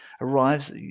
arrives